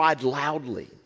loudly